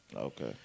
Okay